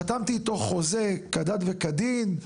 חתמתי אותו חוזה כדת וכדין,